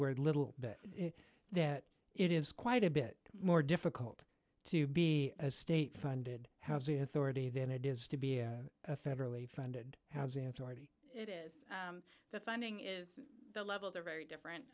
word little bit that it is quite a bit more difficult to be a state funded housing authority than it is to be a federally funded housing authority it is the funding is the levels are very different